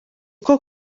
uko